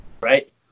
right